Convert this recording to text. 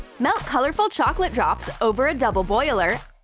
melt colorful chocolate drops over a double boiler.